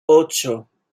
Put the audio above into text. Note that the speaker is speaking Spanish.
ocho